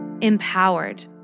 empowered